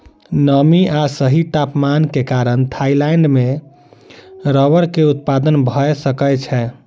नमी आ सही तापमान के कारण थाईलैंड में रबड़ के उत्पादन भअ सकै छै